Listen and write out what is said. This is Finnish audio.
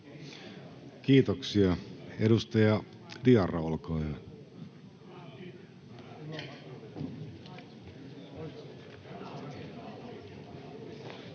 Kiitoksia. — Edustaja Diarra, olkaa hyvä.